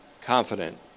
confident